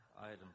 item